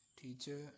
teacher